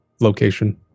location